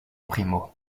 primo